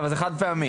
וזה חד פעמי.